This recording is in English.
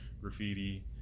graffiti